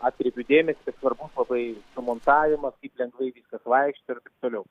atkreipiu dėmesį kad svarbus labai sumontavimas kaip lengvai viskas vaikšto ir taip toliau